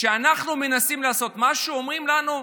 כשאנחנו מנסים לעשות משהו אומרים לנו: